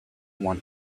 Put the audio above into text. want